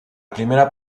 primera